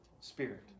Spirit